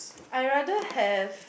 I rather have